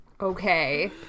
Okay